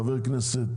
חבר כנסת,